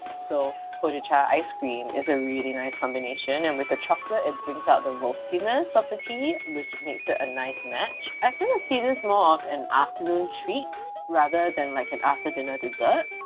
so hojicha ice cream is a really nice combination and with the chocolate, it brings out the roastiness of the tea which makes it a nice match i kind of see this more of an afternoon treat rather than like an after-dinner dessert.